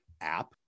app